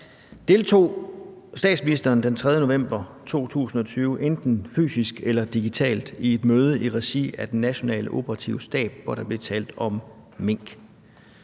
Deltog statsministeren den 3. november 2020 enten fysisk eller digitalt i et møde i regi af Den Nationale Operative Stab, hvor der blev talt om mink?